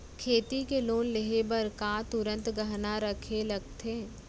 खेती के लोन लेहे बर का तुरंत गहना रखे लगथे?